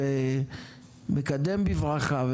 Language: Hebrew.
ומקדם בברכה,